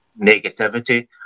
negativity